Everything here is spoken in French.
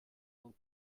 donc